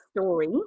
story